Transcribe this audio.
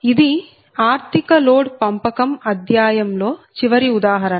ఇది ఆర్థిక లోడ్ పంపకం అధ్యాయము లో చివరి ఉదాహరణ